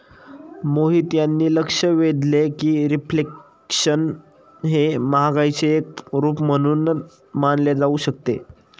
मोहित यांनी लक्ष वेधले की रिफ्लेशन हे महागाईचे एक रूप म्हणून मानले जाऊ शकते